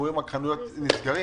אנחנו רואים חנויות נסגרות,